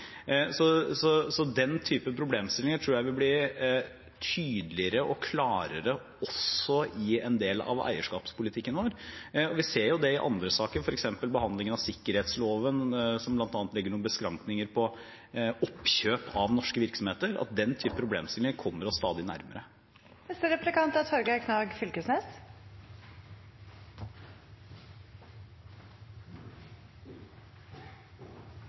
Den typen problemstillinger tror jeg vil bli tydeligere og klarere også i en del av eierskapspolitikken vår. Vi ser jo det i andre saker, f.eks. i behandlingen av sikkerhetsloven, som bl.a. legger noen beskrankninger på oppkjøp av norske virksomheter, at den typen problemstillinger kommer oss stadig nærmere.